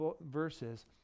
verses